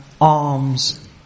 arms